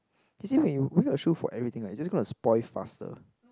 you see when you wear your shoe for everything right it's just gonna spoil faster